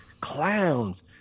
clowns